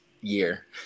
year